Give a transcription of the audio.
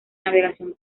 navegación